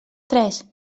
tres